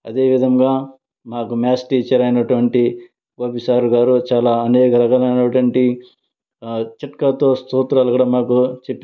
అదేవిధంగా మాకు maths teacher అయినటువంటి గోపి సారు గారు చాలా అనేక రకాలు అయినటువంటి చిట్కాలతో సూత్రాలు కూడ మాకు చెప్పు